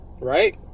right